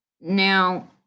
Now